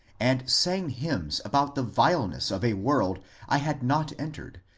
and sang hymns about the vileness of a world i had not entered,